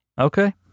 Okay